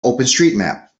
openstreetmap